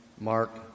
Mark